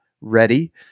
ready